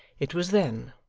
it was then,